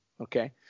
okay